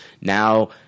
Now